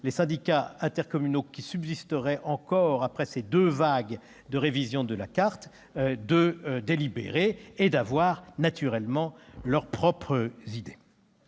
les syndicats intercommunaux qui subsisteraient encore après ces deux vagues de révision de la carte, de délibérer et d'avoir naturellement ses propres idées.